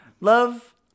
Love